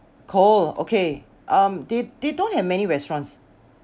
cold okay um they they don't have many restaurants